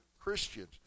Christians